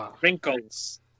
wrinkles